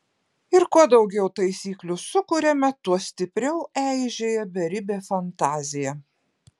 ir kuo daugiau taisyklių sukuriame tuo stipriau eižėja beribė fantazija